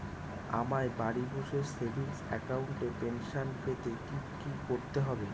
আমায় বাড়ি বসে সেভিংস অ্যাকাউন্টে পেনশন পেতে কি কি করতে হবে?